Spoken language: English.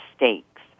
mistakes